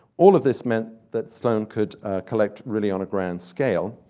all of this meant that sloane could collect, really, on a grand scale,